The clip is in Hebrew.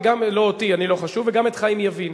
וגם, לא אותי, אני לא חשוב, את חיים יבין.